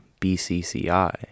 BCCI